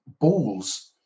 balls